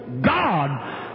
God